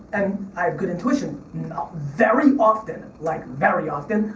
and i have good intuition ah very often, like very often,